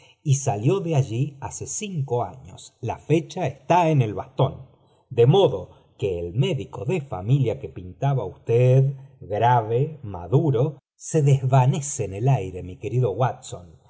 y salió de ífk ba aos la fecha está en el bastón de modo que el módico de familia que pintaba fa rave maduro se desvanece en el aire mi querido watton y